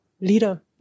leader